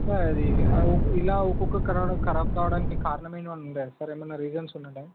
sir అది ఇలా ఒక్కొక్క కరాబ్ కావడానికి కారణం ఏమన్న ఉందా సార్ ఏమన్న రీసన్స్ ఉన్నదా